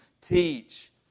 teach